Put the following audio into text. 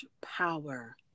power